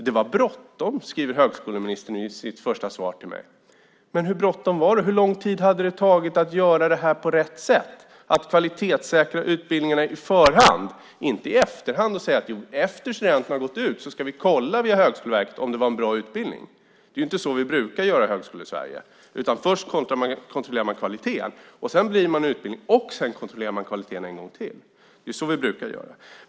Det var bråttom, skriver högskoleministern i sitt första svar till mig. Men hur bråttom var det? Hur lång tid hade det tagit att göra det här på rätt sätt, att kvalitetssäkra utbildningarna i förhand, inte i efterhand? Här säger man att efter att studenterna har gått ut ska vi kolla via Högskoleverket om det var en bra utbildning. Det är inte så vi brukar göra i Högskole-Sverige. Först kontrollerar man kvaliteten, sedan bedriver man utbildning och därefter kontrollerar man kvaliteten en gång till. Det är så vi brukar göra.